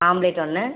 omelette ஒன்று